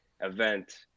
event